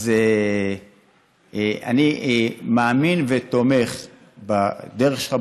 אני מאמין ותומך בדרך שלך,